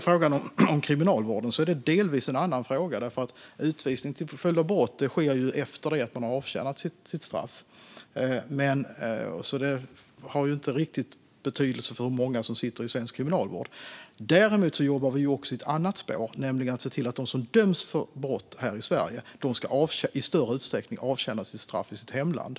Frågan om kriminalvården är delvis en annan fråga därför att utvisning till följd av brott sker efter avtjänat straff. Det har därför inte riktigt betydelse för hur många som är intagna inom svensk kriminalvård. Däremot jobbar vi också med ett annat spår, nämligen att se till att de som döms för brott här i Sverige i större utsträckning ska avtjäna sina straff i hemlandet.